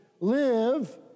Live